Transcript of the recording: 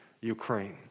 ukraine